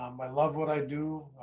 um i love what i do.